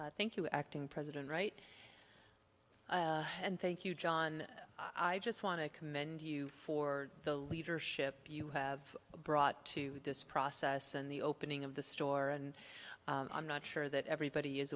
n thank you acting president right and thank you john i just want to commend you for the leadership you have brought to this process and the opening of the store and i'm not sure that everybody is